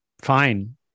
fine